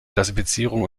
klassifizierung